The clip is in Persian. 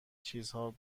چیزها